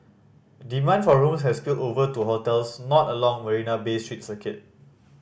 demand for rooms has spilled over to hotels not along Marina Bay street circuit